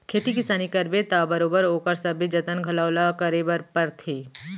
खेती किसानी करबे त बरोबर ओकर सबे जतन घलौ ल बने करे बर परथे